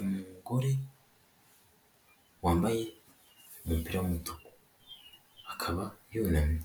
Umugore wambaye umupira w'umutuku, akaba yunamye,